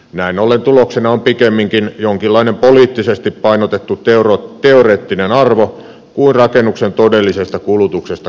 näin ollen tuloksena on pikemminkin jonkinlainen poliittisesti painotettu teoreettinen arvo kuin rakennuksen todellisesta kulutuksesta kertova luku